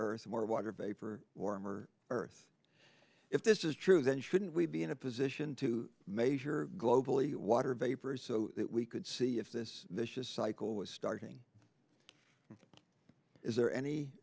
earth more water vapor warmer earth if this is true then shouldn't we be in a position to measure globally water vapor so that we could see if this vicious cycle was starting there any